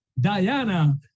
Diana